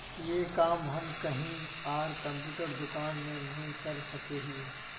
ये काम हम कहीं आर कंप्यूटर दुकान में नहीं कर सके हीये?